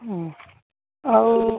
ହୁଁ ଆଉ